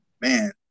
man